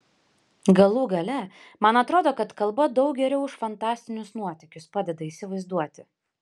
galų gale man atrodo kad kalba daug geriau už fantastinius nuotykius padeda įsivaizduoti